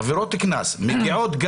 עבירות קנס, מגיעות,